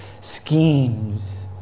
schemes